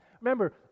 Remember